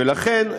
ולכן,